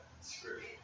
Scripture